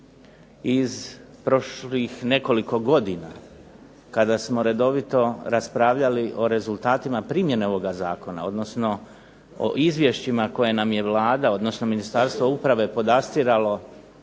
Iz prošlih nekoliko godina kada smo redovito raspravljali o rezultatima primjene ovoga Zakona, odnosno o izvješćima koje nam je Vlada, odnosno Ministarstvo uprave podastiralo